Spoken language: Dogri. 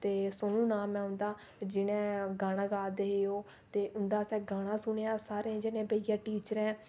ते सोनू नाम ऐ उंदा ते जेह्ड़े गाना गा दे हे ते उंदा असें गाना सुनआ बेहियै सारें जनें टीचरें